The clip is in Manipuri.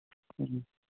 ꯎꯝ